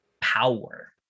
power